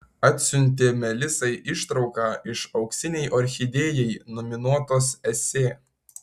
atsiuntė melisai ištrauką iš auksinei orchidėjai nominuotos esė